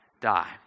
die